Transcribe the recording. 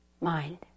mind